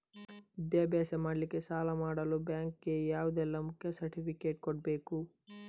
ವಿದ್ಯಾಭ್ಯಾಸ ಮಾಡ್ಲಿಕ್ಕೆ ಸಾಲ ಮಾಡಲು ಬ್ಯಾಂಕ್ ಗೆ ಯಾವುದೆಲ್ಲ ಮುಖ್ಯ ಸರ್ಟಿಫಿಕೇಟ್ ಕೊಡ್ಬೇಕು?